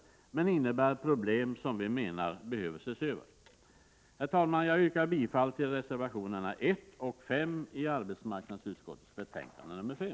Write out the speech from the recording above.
Men ledigheterna innebär problem som vi menar behöver ses över. Herr talman! Jag yrkar bifall till reservationerna 1 och 5 i arbetsmarknadsutskottets betänkande 5.